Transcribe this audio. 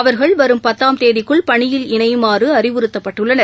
அவர்கள் வரும் பத்தாம் தேதிக்குள் பணியில் இணையுமாறுஅறிவுறுத்தப்பட்டுள்ளனர்